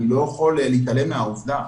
אני לא יכול להתעלם מהעובדה,